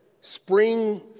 spring